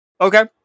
Okay